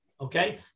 Okay